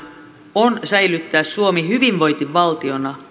on säilyttää suomi hyvinvointivaltiona